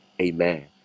Amen